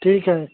ठीक है